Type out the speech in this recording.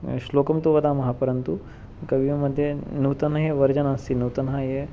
श्लोकं तु वदामः परन्तु कविमध्ये नूतनः ये वर्धनमस्ति नूतनः ये